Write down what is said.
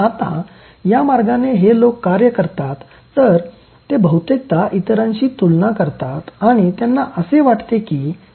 आता या मार्गाने हे लोक काय करतात तर ते बहुतेकदा इतरांशी तुलना करतात आणि त्यांना असे वाटते की ते स्वत कमी सक्षम आहेत